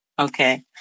Okay